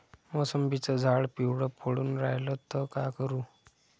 मोसंबीचं झाड पिवळं पडून रायलं त का करू?